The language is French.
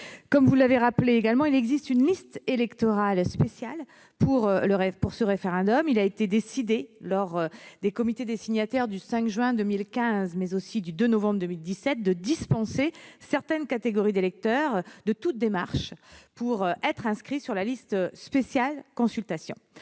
Comme vous l'avez rappelé également, il existe une liste électorale spéciale pour ce référendum. Il a été décidé, lors des comités des signataires du 5 juin 2015 et du 2 novembre 2017, de dispenser certaines catégories d'électeurs de toute démarche pour être inscrits sur la liste « spéciale consultation